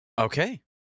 okay